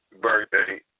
birthday